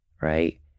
right